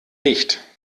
nicht